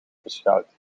beschouwt